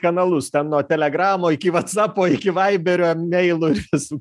kanalus ten nuo telegramo iki vatsapo iki vaiberio meilo ir visų